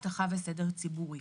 אבטחה וסדר ציבורי.